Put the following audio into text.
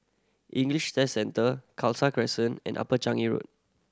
English Test Centre Khalsa Crescent and Upper Changi Road